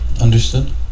Understood